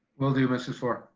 will do, mrs. fluor.